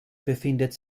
befindet